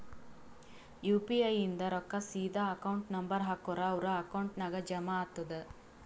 you P I ಇಂದ್ ರೊಕ್ಕಾ ಸೀದಾ ಅಕೌಂಟ್ ನಂಬರ್ ಹಾಕೂರ್ ಅವ್ರ ಅಕೌಂಟ್ ನಾಗ್ ಜಮಾ ಆತುದ್